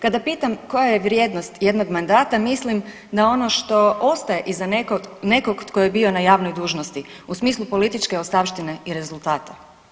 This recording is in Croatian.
Kada pitam koja je vrijednost jednog mandata mislim na ono što ostaje iza nekog tko je bio na javnoj dužnosti u smislu političke ostavštine i rezultata.